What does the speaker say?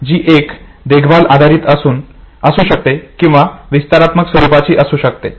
जी एक तर देखभाल आधारित असू शकते किंवा विस्तारात्मक स्वरूपाची असू शकते